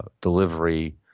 delivery